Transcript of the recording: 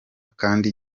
kandi